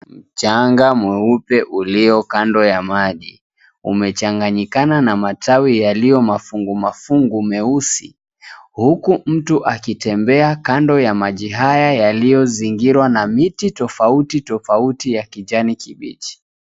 Mchanga mweupe uliyo kando ya maji, umechanganyikana na matawi yaliyo mafungu mafungu meusi, huku mtu akitembea kando ya maji haya yaliyozingirwa na miti tofauti tofauti ya kijani kibichi.